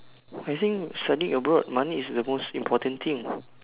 I think studying abroad money is the most important thing